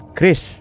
Chris